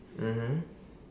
mmhmm